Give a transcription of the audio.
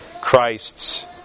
Christ's